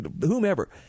whomever